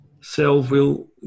self-will